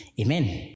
Amen